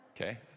Okay